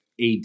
AD